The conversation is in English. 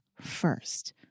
first